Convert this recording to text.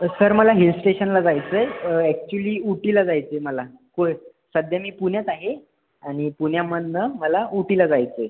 sir मला हिलस्टेशनला जायचं आहे ॲक्च्युअली उटीला जायचं आहे मला होय सध्या मी पुण्यात आहे आणि पुण्यामधनं मला उटीला जायचं आहे